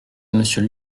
monsieur